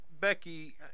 Becky